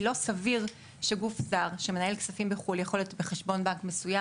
לא סביר שגוף זר שמנהל כספים בחו"ל בחשבון בנק מסוים,